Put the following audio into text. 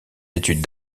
études